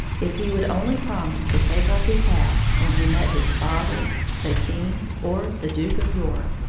if he would only promise to take off his hat when he met his father, the king, or the duke of york.